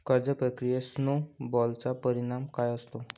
कर्ज प्रक्रियेत स्नो बॉलचा परिणाम काय असतो?